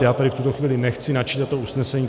Já tady v tuto chvíli nechci načítat to usnesení.